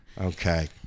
Okay